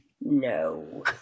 no